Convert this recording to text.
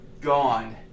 gone